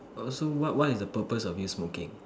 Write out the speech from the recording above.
also what what is the purpose of you smoking